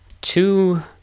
two